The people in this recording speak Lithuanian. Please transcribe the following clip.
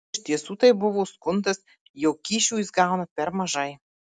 iš tiesų tai buvo skundas jog kyšių jis gauna per mažai